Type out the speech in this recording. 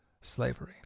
slavery